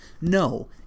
no